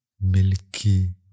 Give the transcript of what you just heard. milky